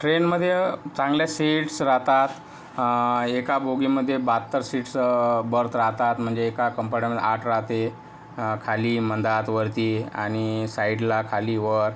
ट्रेनमध्ये चांगल्या सीट्स राहतात एका बोगीमध्ये बहात्तर सीटस् बर्थ राहतात म्हणजे एका कमपार्टमेंटमध्ये आठ राहते खाली मध्यात वरती आणि साईडला खाली वर